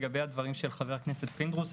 לגבי הדברים של חבר הכנסת פינדרוס,